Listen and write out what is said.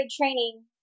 training